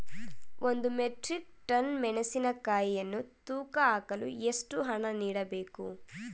ಒಂದು metric ton ಮೆಣಸಿನಕಾಯಿಯನ್ನು ತೂಕ ಹಾಕಲು ಎಷ್ಟು ಹಣ ನೀಡಬೇಕು?